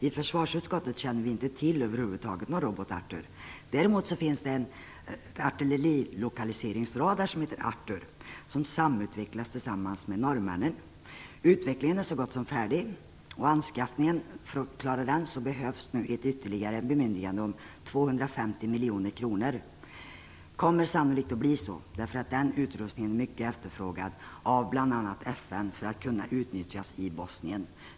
I försvarsutskottet känner vi överhuvudtaget inte till någon robot ARTHUR. Däremot finns det en artillerilokaliseringsradar som heter ARTHUR och som samutvecklas tillsammans med norrmännen. Utvecklingen är så gott som färdig. För att klara anskaffningen behövs ett ytterligare bemyndigande om 250 miljoner kronor. Det kommer sannolikt att bli så, eftersom utrustningen är mycket efterfrågad av bl.a. FN. Den skall utnyttjas i Bosnien.